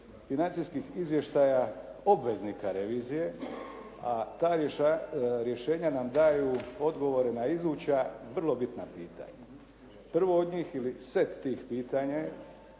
financijskih izvještaja obveznika revizije, a ta rješenja nam daju odgovore na iduća vrlo bitna pitanja. Prvo od njih ili set tih pitanja je